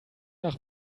nach